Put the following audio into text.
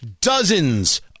Dozens